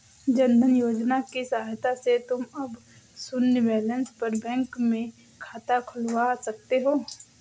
जन धन योजना की सहायता से तुम अब शून्य बैलेंस पर बैंक में खाता खुलवा सकते हो